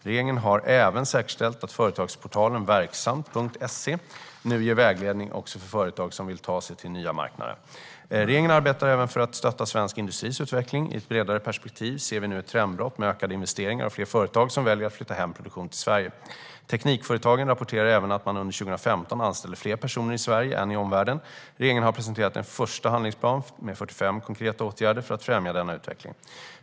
Regeringen har även säkerställt att företagsportalen verksamt.se nu ger vägledning också för företag som vill ta sig till nya marknader. Regeringen arbetar även för att stötta svensk industris utveckling. I ett bredare perspektiv ser vi nu ett trendbrott med ökade investeringar och fler företag som väljer att flytta hem produktion till Sverige. Teknikföretagen rapporterar även att man under 2015 anställde fler personer i Sverige än i omvärlden. Regeringen har presenterat en första handlingsplan med 45 konkreta åtgärder för att främja denna utveckling.